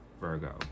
Virgo